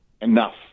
enough